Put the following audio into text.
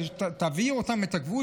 תעבירו אותם את הגבול,